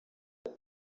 and